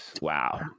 Wow